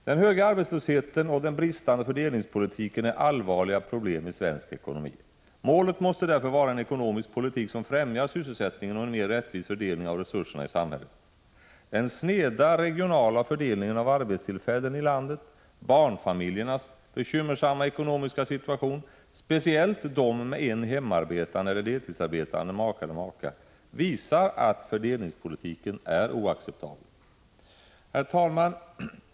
Den höga arbetslösheten och den bristande fördelningspolitiken är allvarliga problem i svensk ekonomi. Målet måste därför vara en ekonomisk politik som främjar sysselsättningen och en mer rättvis fördelning av resurserna i samhället. Den sneda regionala fördelningen av arbetstillfällen i landet, barnfamiljernas bekymmersamma ekonomiska situation — speciellt de med en hemarbetande eller deltidsarbetande make eller maka — visar att fördelningspolitiken är oacceptabel. Herr talman!